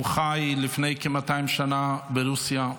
הוא חי לפני כ-200 שנה ברוסיה.